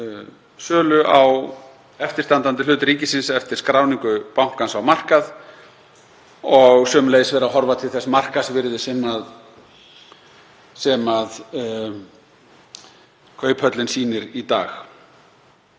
sölu á eftirstandandi hlut ríkisins eftir skráningu bankans á markað og sömuleiðis horft til þess markaðsvirðis sem Kauphöllin sýnir í dag.